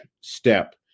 step